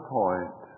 point